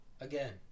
Again